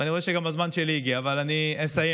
אני רואה שגם הזמן שלי הגיע, אני אסיים.